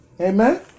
Amen